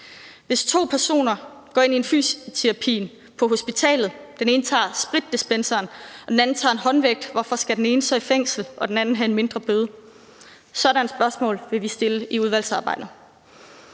Hvis to personer går ind til fysioterapien på hospitalet, den ene tager spritdispenseren, og den anden tager en håndvægt, hvorfor skal den ene så i fængsel og den anden have en mindre bøde? Sådanne spørgsmål vil vi stille i udvalgsarbejdet.